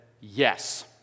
yes